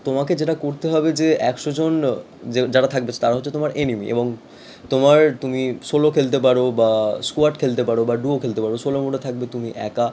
তোমাকে যেটা করতে হবে যে একশোজন যে যারা থাকবে তারা হচ্ছে তোমার এনিমি এবং তোমার তুমি সোলো খেলতে পারো বা স্কোয়াড খেলতে পারো বা ডুয়ো খেলতে পারো সোলো মোডে থাকবে তুমি একা